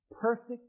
Perfect